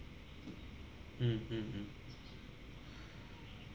mm mm mm